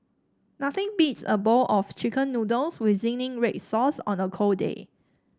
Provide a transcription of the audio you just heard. nothing beats a bowl of chicken noodles with zingy red sauce on a cold day